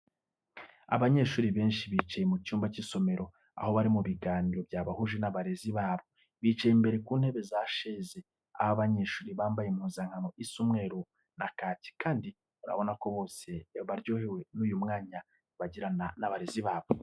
Abanyeshuri benshi bicaye mu cyumba cy'isomero, aho bari mu biganiro byabahuje n'abarezi babo, bicaye imbere ku ntebe za sheze. Aba banyeshuri bambaye impuzankano isa umweru na kacye kandi urabona ko bose baryohewe n'uyu mwanya bagirana n'abarezi babo.